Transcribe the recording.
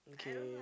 okay